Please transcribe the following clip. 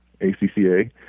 ACCA